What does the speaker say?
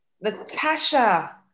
Natasha